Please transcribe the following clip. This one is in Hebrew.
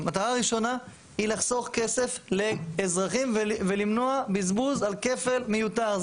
המטרה הראשונה היא לחסוך כסף לאזרחים ולמנוע בזבוז על כפל מיותר.